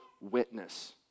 witness